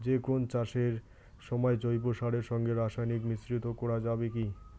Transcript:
যে কোন চাষের সময় জৈব সারের সঙ্গে রাসায়নিক মিশ্রিত করা যাবে কি?